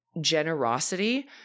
generosity